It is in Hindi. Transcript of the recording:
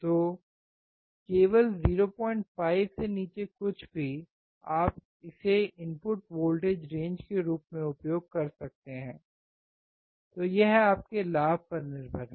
तो केवल 05 से नीचे कुछ भी आप इसे इनपुट वोल्टेज रेंज के रूप में उपयोग कर सकते हैं तो यह आपके लाभ पर निर्भर हो